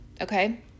okay